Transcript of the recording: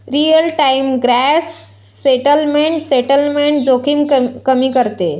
real time gross settlement settlement जोखीम कमी करते